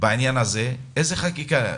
בעניין הזה, אנחנו צריכים לדעת איזה חקיקה דרושה.